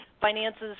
finances